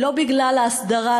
לא בגלל ההסדרה,